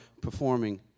performing